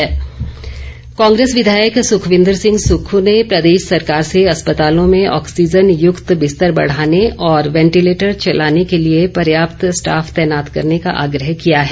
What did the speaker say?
सुक्ख कांग्रेस विधायक सुखविंदर सिंह सुक्खू ने प्रदेश सरकार से अस्पतालों में ऑक्सीजन युक्त बिस्तर बढ़ाने और वेंटीलेटर चलाने के लिए पर्याप्त स्टॉफ तैनात करने का आग्रह किया है